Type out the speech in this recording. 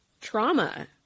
trauma